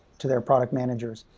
to their product managers.